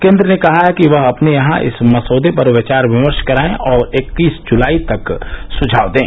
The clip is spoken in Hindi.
केंद्र ने कहा है कि वह अपने यहां इस मसौदे पर विचार विमर्श कराएं और इक्कीस जुलाई तक सुझाव दें